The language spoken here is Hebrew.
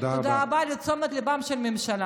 תודה רבה על תשומת הלב של הממשלה.